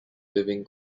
living